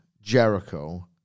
Jericho